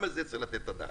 גם על זה צריך לתת את הדעת.